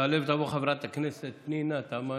תעלה ותבוא חברת הכנסת פנינה תמנו-שטה.